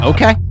Okay